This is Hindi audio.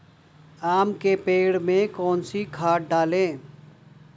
आम के पेड़ में कौन सी खाद डालें?